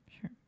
Sure